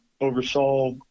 oversaw